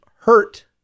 hurt